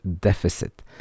deficit